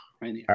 Right